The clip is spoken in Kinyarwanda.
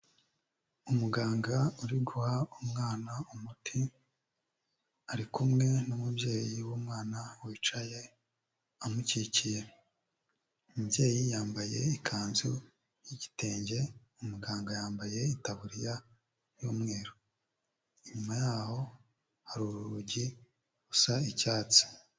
Umuganga uri guha umwana umuti, ari kumwe n'umubyeyi w'umwana, wicaye amukikiye. Umubyeyi yambaye ikanzu y'igitenge, umuganga yambaye taburiya y'umweru. Inyuma yaho hari urugi rusa icyatsi.